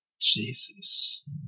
Jesus